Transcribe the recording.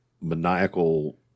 maniacal